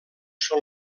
són